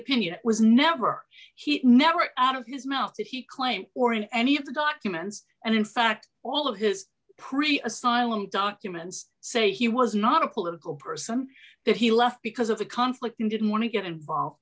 opinion was never he never out of his mouth that he claimed or in any of the documents and in fact all of his previous asylum documents say he was not a political person that he left because of the conflict and didn't want to get involved